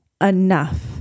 enough